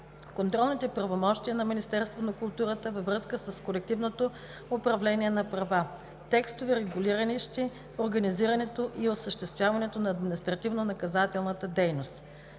контролните правомощия на Министерството на културата във връзка с колективното управление на права; текстове, регулиращи организирането и осъществяването на административнонаказателна дейност.